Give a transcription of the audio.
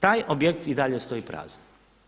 Taj objekt i dalje stoji prazan.